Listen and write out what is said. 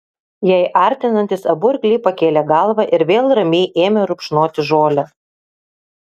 jai artinantis abu arkliai pakėlė galvą ir vėl ramiai ėmė rupšnoti žolę